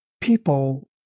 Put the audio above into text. people